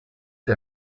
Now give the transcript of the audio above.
der